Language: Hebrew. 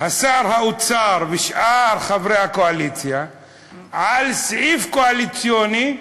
שר האוצר ושאר חברי הקואליציה על סעיף קואליציוני: